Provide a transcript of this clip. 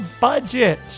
budget